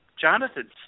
Jonathan